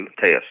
test